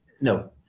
no